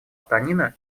танина